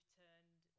turned